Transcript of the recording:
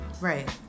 right